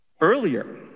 Earlier